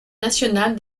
nationale